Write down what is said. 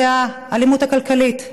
זה האלימות הכלכלית,